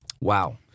Wow